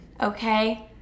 okay